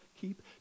keep